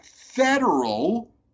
federal